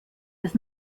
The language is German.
des